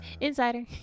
Insider